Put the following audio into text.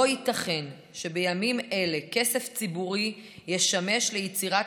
לא ייתכן שבימים אלה כסף ציבורי ישמש ליצירת